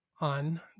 on